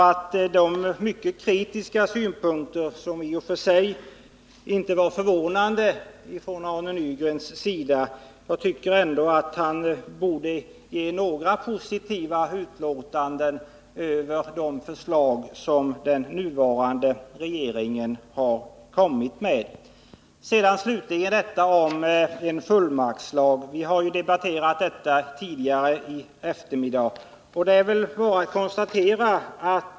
Arne Nygren kommer, inte förvånande, med mycket kritiska synpunkter, men jag tycker att han också borde ha några positiva utlåtanden över de förslag som den nuvarande regeringen har kommit med. Fullmaktslag har vi ju debatterat tidigare i eftermiddag.